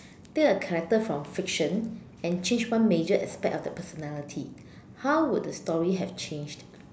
take a character from fiction and change one major aspect of the personality how would the story have changed